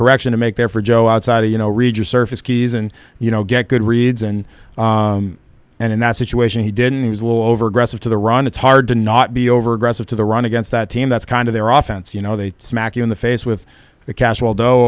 correction to make there for joe outside of you know regis surface keys and you know get good reads and and in that situation he didn't he was a little over aggressive to the run it's hard to not be overaggressive to the run against that team that's kind of their often so you know they smack you in the face with the casual